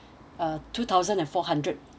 uh two thousand and four hundred